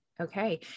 okay